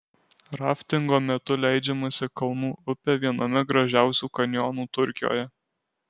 raftingo metu leidžiamasi kalnų upe viename gražiausių kanjonų turkijoje